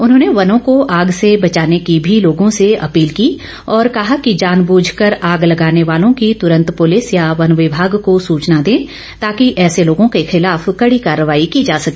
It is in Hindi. उन्होंने वनों को आग से बचाने की भी लोगों से अपील की और कहा कि जानबूझ कर आग लगाने वालों की तूरंत पुलिस या वन विभाग को सचना दें ताकि ऐसे लोगों के खिलाफ कड़ी कार्रवाई की जा सके